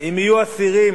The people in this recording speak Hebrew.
אם יהיו אסירים